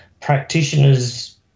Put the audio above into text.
practitioners